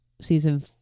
season